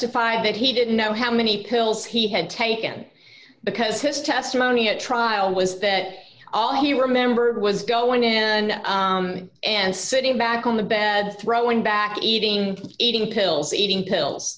testified that he didn't know how many pills he had taken because his testimony at trial was that all he remembered was going in and sitting back on the bed throwing back eating eating pills eating pills